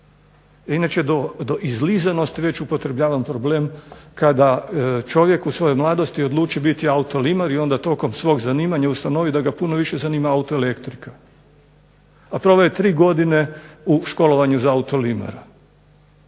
Inače do izlizanosti već upotrebljavam problem kada čovjek u svojoj mladosti odluči biti autolimar i onda tokom svog zanimanja ustanovi da ga puno više zanima autoelektrika. A proveo je tri godine u školovanju za autolimara.